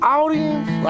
audience